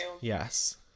yes